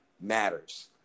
matters